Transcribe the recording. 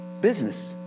Business